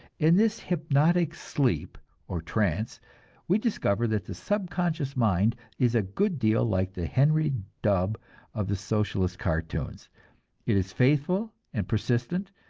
in this hypnotic sleep or trance we discover that the subconscious mind is a good deal like the henry dubb of the socialist cartoons it is faithful and persistent,